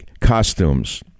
costumes